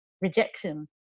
rejection